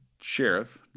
sheriff